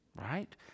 right